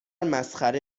مسخره